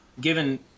given